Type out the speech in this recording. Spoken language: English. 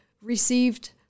received